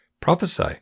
Prophesy